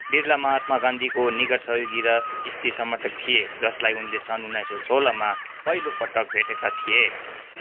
बिरला महात्मा गान्धीको निकट सहयोगी र स्थिर समर्थक थिए जसलाई उनले सन उन्नाइस सौ सोह्रमा पहिलो पटक भेटेका थिए